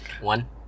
One